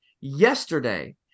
Yesterday